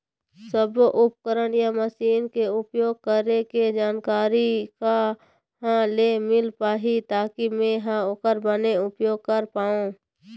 सब्बो उपकरण या मशीन के उपयोग करें के जानकारी कहा ले मील पाही ताकि मे हा ओकर बने उपयोग कर पाओ?